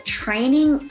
training